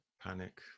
Panic